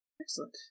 Excellent